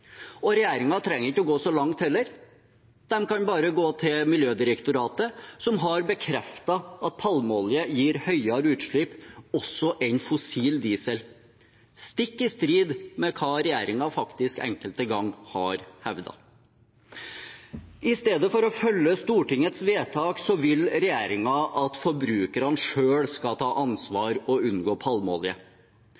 trenger heller ikke å gå så langt. De kan bare gå til Miljødirektoratet, som har bekreftet at palmeolje også gir høyere utslipp enn fossil diesel – stikk i strid med hva regjeringen enkelte ganger faktisk har hevdet. I stedet for å følge Stortingets vedtak vil regjeringen at forbrukerne selv skal ta